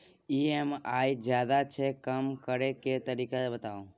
EMI ज्यादा छै कम करै के तरीका बताबू?